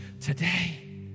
today